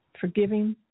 Forgiving